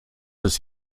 ist